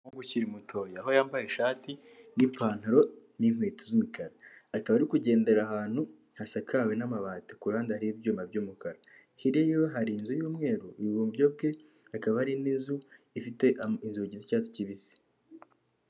Umuhungu ukiri mutoya aho yambaye ishati n'ipantaro n'inkweto z'umukara, akaba ari kugendera ahantu hasakawe n'amabati, ku ruhande hari ibyuma by'umukara hirya ye hari inzu y'umweru, iburyo bwe hakaba hari indi nzu ifite inzugi z'icyatsi kibisi.